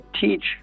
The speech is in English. teach